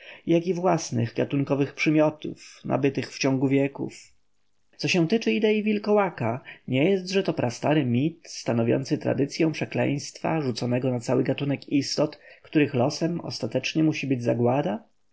i własnych gatunkowych przymiotów nabytych w ciągu wieków co się tyczy idei wilkołaka nie jestże to prastary mit stanowiący tradycyę przekleństwa rzuconego na cały gatunek istot których losem ostatecznym musi być zagłada